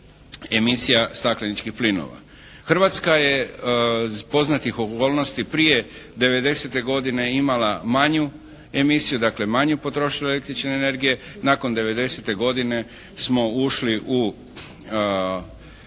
emisija stakleničkih plinova. Hrvatska je iz poznatih okolnosti prije '90. godine imala manju emisiju, dakle manju potrošnju električne energije. Nakon '90. godine smo ušli u